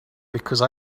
because